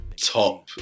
top